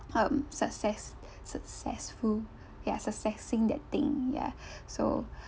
um success successful yeah successing that thing ya so